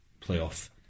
playoff